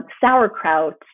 sauerkraut